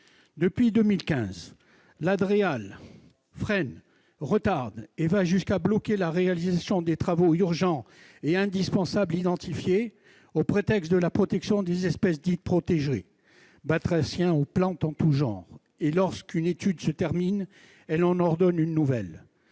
et du logement (Dreal) freine, retarde et va jusqu'à bloquer la réalisation des travaux urgents et indispensables identifiés, sous prétexte de préserver des espèces dites protégées, batraciens ou plantes en tous genres. Et lorsqu'une étude se termine, elle en ordonne une nouvelle